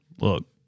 look